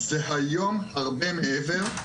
זה היום הרבה מעבר.